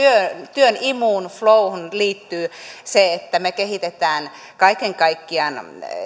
työn imuun flowhun liittyy se että me kehitämme kaiken kaikkiaan